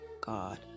God